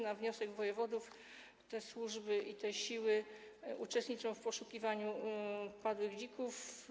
Na wniosek wojewodów te służy i te siły uczestniczą w poszukiwaniu padłych dzików.